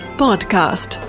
podcast